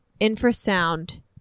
infrasound